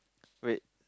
wait